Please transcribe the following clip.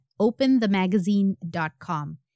OpenTheMagazine.com